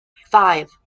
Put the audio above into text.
five